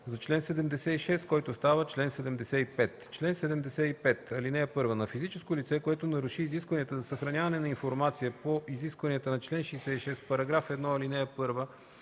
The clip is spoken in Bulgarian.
за чл. 76, който става чл. 75: „Чл. 75. (1) На физическо лице, което наруши изискванията за съхраняване на информация по изискванията на чл. 66, параграф 1, ал. 1